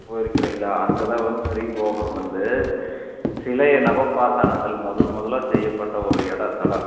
போயிருக்குறீங்களா அங்கேதான் வந்து ஸ்ரீபோகர் வந்து சிலையை நவபாசானத்தில் முதல் முதலாக செய்யப்பட்ட ஒரு இடம் தலம்